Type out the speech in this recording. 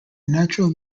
natural